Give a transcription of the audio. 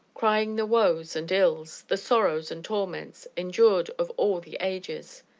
crying the woes and ills, the sorrows and torments, endured of all the ages?